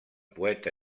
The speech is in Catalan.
poeta